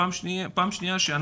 פעם שנייה,